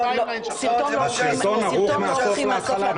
הסרטון ערוך מהסוף להתחלה.